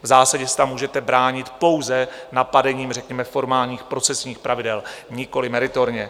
V zásadě se tam můžete bránit pouze napadením řekněme formálních procesních pravidel, nikoliv meritorně.